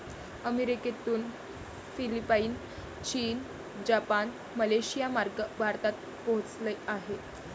अमेरिकेतून फिलिपाईन, चीन, जपान, मलेशियामार्गे भारतात पोहोचले आहे